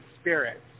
spirits